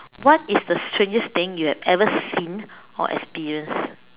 what is the strangest thing you have ever seen or experienced